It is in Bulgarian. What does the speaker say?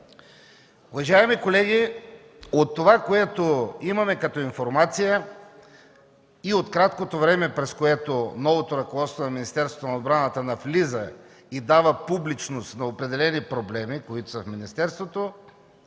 Уважаеми колеги, от това, което имаме като информация и от краткото време, през което новото ръководство на Министерството на отбраната навлиза и дава публичност на определени проблеми, които са в министерството,